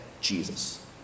Jesus